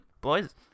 boys